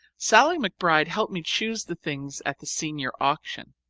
sallie mcbride helped me choose the things at the senior auction.